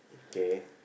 okay